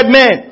men